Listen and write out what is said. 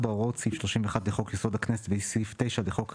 (4)הוראות סעיף 31 לחוק-יסוד: הכנסת וסעיף 9 לחוק הכנסת,